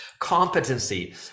competency